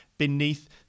beneath